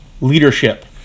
leadership